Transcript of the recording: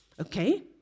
okay